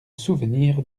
souvenir